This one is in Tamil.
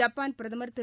ஜப்பான் பிரதமர் திரு